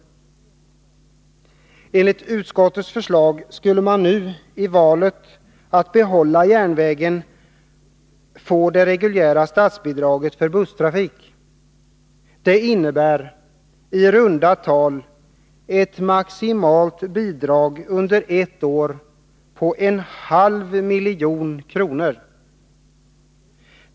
Enligt utskottets förslag skulle man nu om man väljer att behålla järnvägen få det reguljära statsbidraget för busstrafik. Det innebär i runt tal ett maximalt bidrag under ett år på en halv miljon kronor.